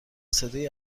صدایی